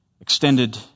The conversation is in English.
extended